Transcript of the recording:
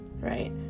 right